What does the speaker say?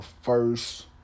first